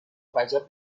وجب